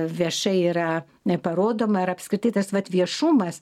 viešai yra parodoma ir apskritai tas vat viešumas